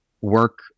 work